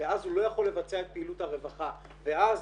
ואז הוא לא יכול לבצע את פעילות הרווחה ואז